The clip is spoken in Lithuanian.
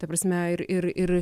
ta prasme ir ir ir